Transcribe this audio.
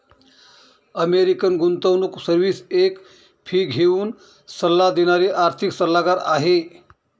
American गुंतवणूक service एक fee घेऊन सल्ला देणारी आर्थिक सल्लागार आहे